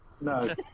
No